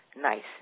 NICE